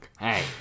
Hey